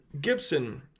Gibson